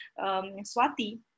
Swati